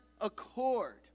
accord